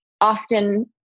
often